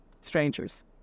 strangers